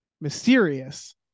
mysterious